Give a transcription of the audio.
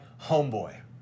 homeboy